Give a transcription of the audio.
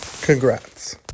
Congrats